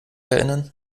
erinnern